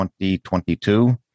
2022